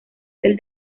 del